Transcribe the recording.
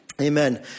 Amen